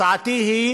הצעתי היא